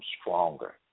stronger